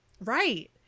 Right